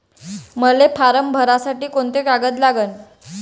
मले फारम भरासाठी कोंते कागद लागन?